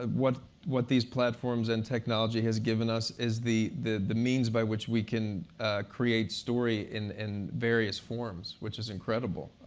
ah what what these platforms and technology has given us is the the means by which we can create story in in various forms, which is incredible.